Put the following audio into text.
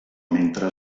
mentre